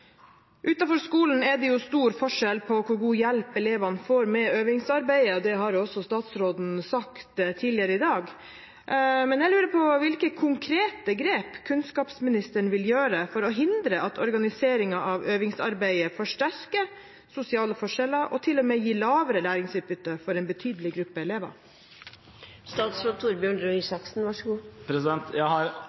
skolen er det stor forskjell på hvor god hjelp elevene får med øvingsarbeidet. Det har også statsråden sagt tidligere i dag. Jeg lurer på hvilke konkrete grep kunnskapsministeren vil gjøre for å hindre at organiseringen av øvingsarbeidet forsterker sosiale forskjeller – og til og med gir lavere læringsutbytte for en betydelig gruppe elever. Jeg har allerede nevnt årsakene til at jeg